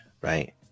right